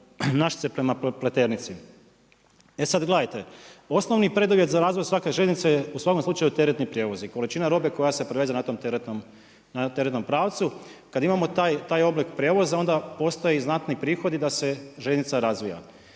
Našice prema Pleternici. E sada gledajte, osnovni preduvjet za razvoj svake željeznice je u svakom slučaju teretni prijevoz i količina robe koja se preveze na tom teretnom pravcu. Kada imamo taj oblik prijevoza onda postoji znatni prihodi da se željeznica razvija.